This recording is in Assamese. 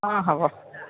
অঁ হ'ব